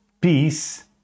peace